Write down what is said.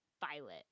violet